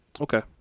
Okay